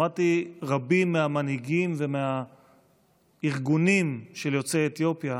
שמעתי רבים מהמנהיגים ומהארגונים של יוצאי אתיופיה